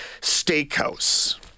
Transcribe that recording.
Steakhouse